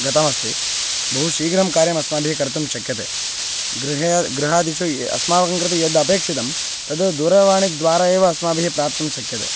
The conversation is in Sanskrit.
गतमस्ति बहु शीघ्रं कार्यमस्माभिः कर्तुं शक्यते गृहे गृहादिषु ये अस्माकं कृते यद् अपेक्षितं तद् दूरवाणीद्वारा एव अस्माभिः प्राप्तुं शक्यते